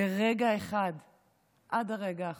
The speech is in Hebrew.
לרגע אחד,